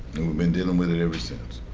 and we've been dealing with it ever since.